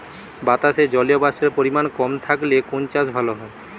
বাতাসে জলীয়বাষ্পের পরিমাণ কম থাকলে কোন চাষ ভালো হয়?